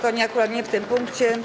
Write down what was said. To akurat nie w tym punkcie.